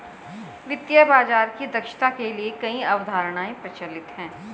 वित्तीय बाजार की दक्षता के लिए कई अवधारणाएं प्रचलित है